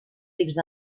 rics